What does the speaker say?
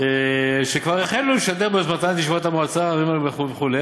שכבר החלו לשדר ביוזמתן את ישיבות מועצות הערים וכו'.